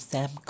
Sam